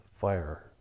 fire